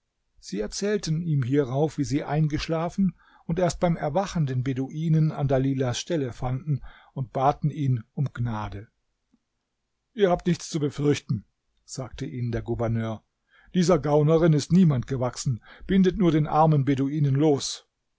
sie erzählten ihm hierauf wie sie eingeschlafen und erst beim erwachen den beduinen an dalilahs stelle fanden und baten ihn um gnade ihr habt nichts zu befürchten sagte ihnen der gouverneur dieser gaunerin ist niemand gewachsen bindet nur den armen beduinen los